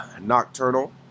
nocturnal